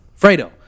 Fredo